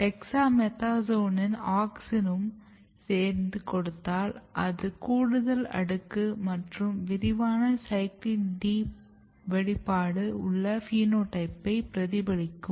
டெக்ஸாமெத்தாஸோனும் ஆக்ஸினும் சேர்த்து கொடுத்தால் அது கூடுதல் அடுக்கு மற்றும் விரிவான CYCLIN D வெளிப்பாடு உள்ள பினோடைப்பை பிரதிபலிக்கும்